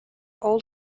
old